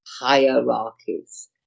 hierarchies